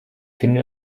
finde